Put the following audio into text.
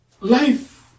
life